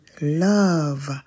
love